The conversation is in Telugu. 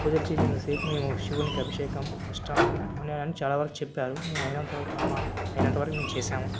పూజలు చేయించినంత సేపు మేము శివునికి అభిషేకం అష్టాం ఉన్నాయి గానీ చాలా వరకు చెప్పారు మేమయినంతవరకు మా అయినంతవరకు మేము చేసాము